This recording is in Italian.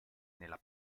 nella